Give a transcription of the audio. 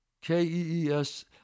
K-E-E-S